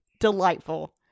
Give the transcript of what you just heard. delightful